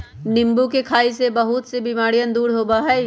नींबू के खाई से बहुत से बीमारियन दूर होबा हई